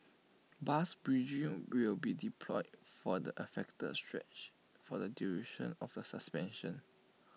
bus bridging will be deployed for the affected stretch for the duration of the suspension